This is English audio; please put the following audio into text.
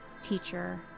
teacher